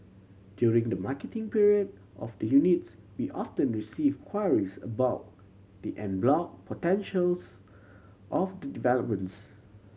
during the marketing period of the units we often receive queries about the en bloc potentials of the developments